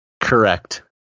Correct